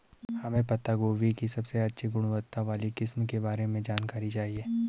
हमें पत्ता गोभी की सबसे अच्छी गुणवत्ता वाली किस्म के बारे में जानकारी चाहिए?